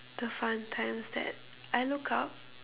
the fun times that I looked up